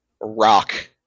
rock